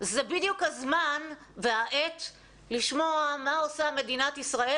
זה בדיוק הזמן והעת לשמוע מה עושה מדינת ישראל